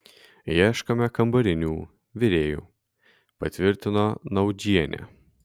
ieškome kambarinių virėjų patvirtino naudžienė